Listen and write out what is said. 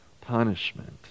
punishment